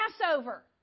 Passover